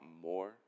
more